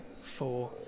four